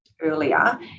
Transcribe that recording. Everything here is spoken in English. earlier